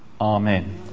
Amen